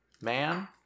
man